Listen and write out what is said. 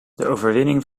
overwinning